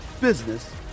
business